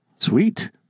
Sweet